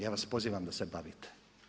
Ja vas pozivam da se bavite.